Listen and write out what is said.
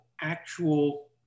actual